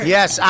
Yes